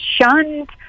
shunned